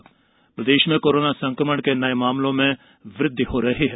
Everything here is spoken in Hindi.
कोरोना प्रदेश प्रदेश में कोरोना संकमण के नए मामलों में वृद्धि हो रही है